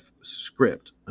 script